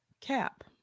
cap